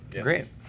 great